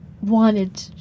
wanted